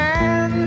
Man